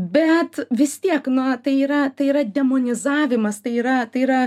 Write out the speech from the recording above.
bet vis tiek na tai yra tai yra demonizavimas tai yra tai yra